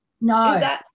no